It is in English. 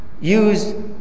use